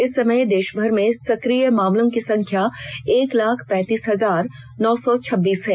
इस समय देश भर में सक्रिय मामलों की संख्या एक लाख पैतीस हजार नौ सौ छब्बीस है